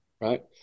right